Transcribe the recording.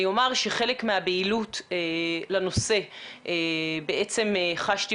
אני אומר שחלק מהבהילות לנושא בעצם חשבתי